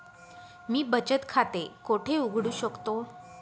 मी बचत खाते कोठे उघडू शकतो?